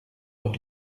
heure